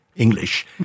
English